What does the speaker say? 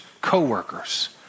co-workers